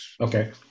Okay